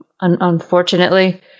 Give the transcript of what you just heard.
unfortunately